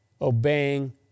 obeying